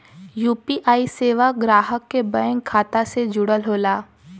UPI सेवा ग्राहक के बैंक खाता से जुड़ल होला